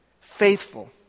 faithful